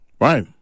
Right